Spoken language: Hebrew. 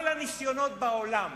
כל הניסיונות בעולם